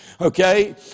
okay